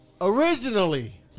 originally